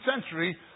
century